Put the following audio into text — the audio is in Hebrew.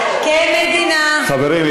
חברים,